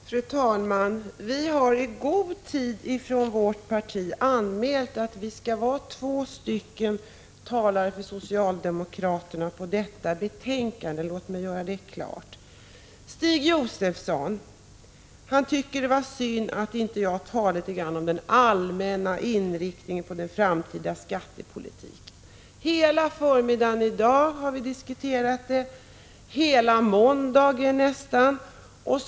Fru talman! Vi har i god tid från vårt parti anmält att vi skall vara två talare för socialdemokraterna på detta betänkande. Låt mig göra det klart. Stig Josefson tycker att det var synd att jag inte talade litet om den allmänna inriktningen av den framtida skattepolitiken. Hela förmiddagen i dag har vi diskuterat denna fråga och nästan hela måndagen.